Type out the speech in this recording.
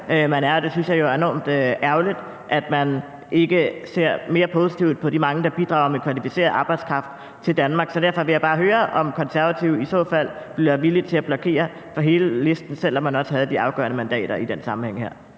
man er, og jeg synes jo, det er enormt ærgerligt, at man ikke ser mere positivt på de mange, der bidrager med kvalificeret arbejdskraft til Danmark. Så derfor vil jeg bare høre, om Konservative i så fald ville være villige til at blokere for hele listen, selv om man havde de afgørende mandater i den her sammenhæng.